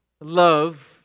Love